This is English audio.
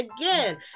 Again